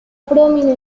predominan